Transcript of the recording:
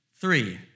Three